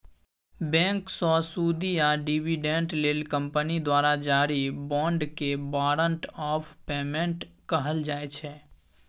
बैंकसँ सुदि या डिबीडेंड लेल कंपनी द्वारा जारी बाँडकेँ बारंट आफ पेमेंट कहल जाइ छै